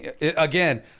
Again